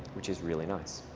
which is really nice.